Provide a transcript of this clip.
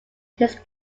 his